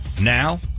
now